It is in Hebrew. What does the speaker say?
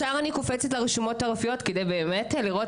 ישר אני קופצת לרשומות הרפואיות כדי לראות